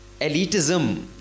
elitism